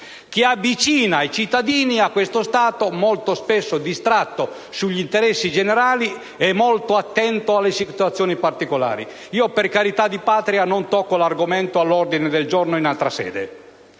che avvicina i cittadini a questo Stato, molto spesso distratto sugli interessi generali e molto attento alle situazioni particolari. Per carità di Patria non tocco l'argomento all'ordine del giorno in altra sede,